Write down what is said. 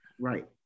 Right